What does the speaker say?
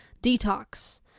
detox